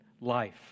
life